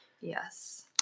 Yes